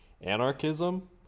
anarchism